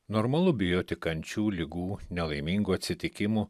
normalu bijoti kančių ligų nelaimingų atsitikimų